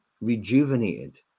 rejuvenated